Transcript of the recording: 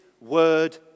word